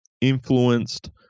influenced